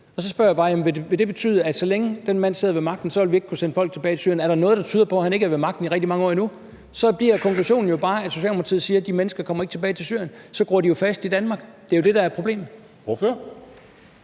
Og så spørger jeg bare: Vil det betyde, at sålænge den mand sidder ved magten, vil vi ikke kunne sende folk tilbage til Syrien? Er der noget, der tyder på, at han ikke er ved magten i rigtig mange år endnu? Så bliver konklusionen jo bare, at Socialdemokratiet siger, at de mennesker ikke kommer tilbage til Syrien, og så gror de jo fast i Danmark. Det er jo det, der er problemet.